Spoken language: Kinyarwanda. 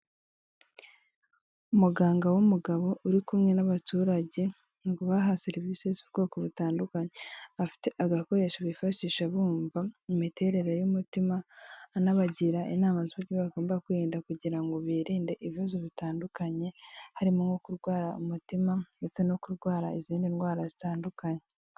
Umuganga w'umugabo uri kumwe n'abaturage mu kubaha serivisi z'ubwoko butandukanye. Afite agakoresho bifashisha bumva imiterere y'umutima, anabagira inama z'uburyo bagomba kwirinda kugira ngo birinde ibibazo bitandukanye harimo nko kurwara umutima, ndetse no kurwara izindi ndwara zitandukanye.